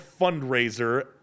Fundraiser